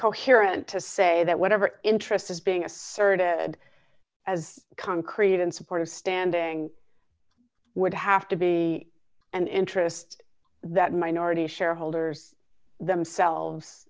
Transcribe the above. coherent to say that whatever interest is being asserted as concrete in support of standing would have to be an interest that minority shareholders themselves